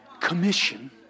commission